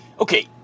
Okay